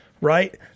right